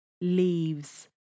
leaves